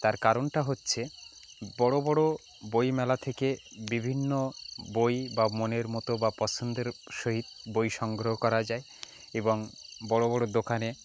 তার কারণটা হচ্ছে বড়ো বড়ো বইমেলা থেকে বিভিন্ন বই বা মনের মতো বা পছন্দের সহিত বই সংগ্রহ করা যায় এবং বড়ো বড়ো দোকানে